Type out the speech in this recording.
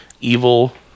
evil